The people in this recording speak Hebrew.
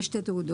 יש שתי תעודות.